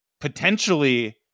potentially